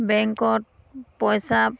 বেংকত পইচা